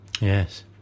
Yes